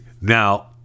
Now